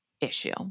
issue